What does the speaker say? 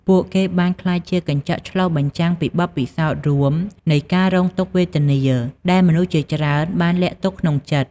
ពួកគេបានក្លាយជា កញ្ចក់ឆ្លុះបញ្ចាំង ពីបទពិសោធន៍រួមនៃការរងទុក្ខវេទនា ដែលមនុស្សជាច្រើនបានលាក់ទុកក្នុងចិត្ត។